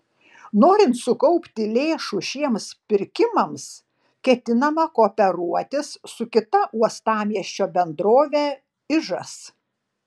norint sukaupti lėšų šiems pirkimams ketinama kooperuotis su kita uostamiesčio bendrove ižas